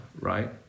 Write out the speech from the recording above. right